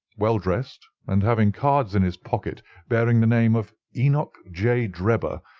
well dressed, and having cards in his pocket bearing the name of enoch j. drebber,